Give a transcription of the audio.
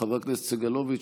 חבר כנסת סגלוביץ',